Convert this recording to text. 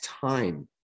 time